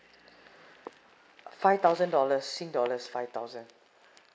five thousand dollars sing dollars five thousand